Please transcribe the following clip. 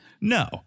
no